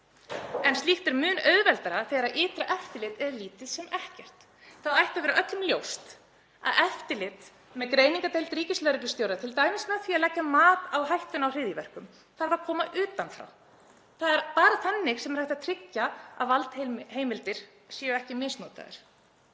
Slíkt er mun auðveldara þegar ytra eftirlit er lítið sem ekkert. Það ætti að vera öllum ljóst að eftirlit með greiningardeild ríkislögreglustjóra, t.d. með því að leggja mat á hættuna á hryðjuverkum, þarf að koma utan frá. Það er bara þannig sem er hægt að tryggja að valdheimildir séu ekki misnotaðar.